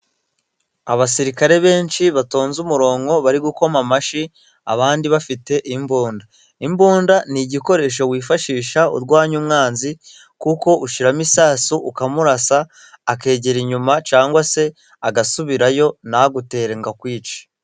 Abasirikare benshi batonze umurongo bari gukoma amashyi, abandi bafite imbunda. Imbunda ni igikoresho wifashisha urwanya umwanzi kuko ushyiramo isasu ukamurasa akegera inyuma, cyangwa se agasubirayo ntagutere ngo akwice.